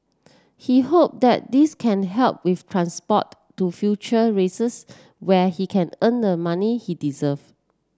he hope that this can help with transport to future races where he can earn the money he deserve